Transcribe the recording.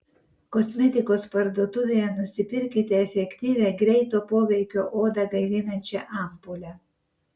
kosmetikos parduotuvėje nusipirkite efektyvią greito poveikio odą gaivinančią ampulę